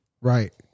Right